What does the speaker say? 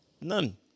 None